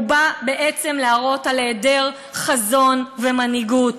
הוא בא בעצם להראות היעדר חזון ומנהיגות.